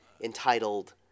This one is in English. entitled